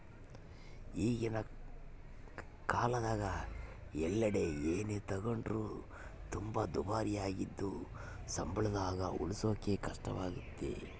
ಈಗಿನ ಕಾಲದಗ ಎಲ್ಲೆಡೆ ಏನೇ ತಗೊಂಡ್ರು ತುಂಬಾ ದುಬಾರಿಯಾಗಿದ್ದು ಸಂಬಳದಾಗ ಉಳಿಸಕೇ ಕಷ್ಟವಾಗೈತೆ